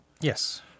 Yes